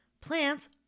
Plants